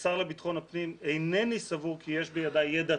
כשר לבטחון הפנים אינני סבור כי יש בידיי ידע